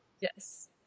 Yes